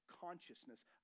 consciousness